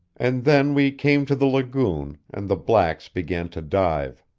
and then we came to the lagoon, and the blacks began to dive.